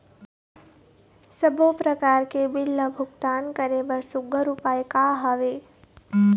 सबों प्रकार के बिल ला भुगतान करे बर सुघ्घर उपाय का हा वे?